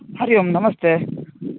हरिः ओम् नमस्ते